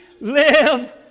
live